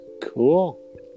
Cool